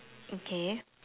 okay